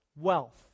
wealth